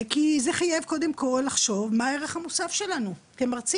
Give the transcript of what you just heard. כי זה קודם כל, לחשוב מה הערך המוסף שלנו כמרצים.